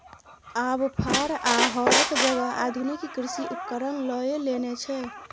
आब फार आ हरक जगह आधुनिक कृषि उपकरण लए लेने छै